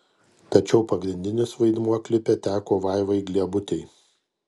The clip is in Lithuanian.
tačiau pagrindinis vaidmuo klipe teko vaivai gliebutei